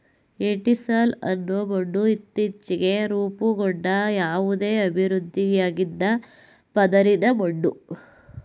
entisol ಅನ್ನೋ ಮಣ್ಣು ಇತ್ತೀಚ್ಗೆ ರೂಪುಗೊಂಡ ಯಾವುದೇ ಅಭಿವೃದ್ಧಿಯಾಗ್ದ ಪದರಿನ ಮಣ್ಣು